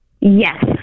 Yes